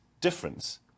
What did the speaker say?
difference